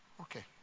Okay